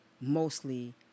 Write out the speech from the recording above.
mostly